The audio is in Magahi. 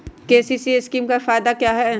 के.सी.सी स्कीम का फायदा क्या है?